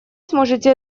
сможете